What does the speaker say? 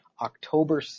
October